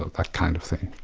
that kind of thing.